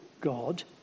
God